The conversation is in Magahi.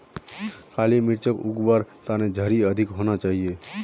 काली मिर्चक उग वार तने झड़ी अधिक होना चाहिए